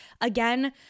again